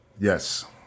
Yes